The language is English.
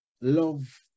Love